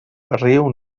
riu